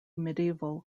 medieval